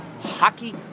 Hockey